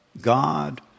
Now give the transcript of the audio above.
God